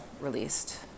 released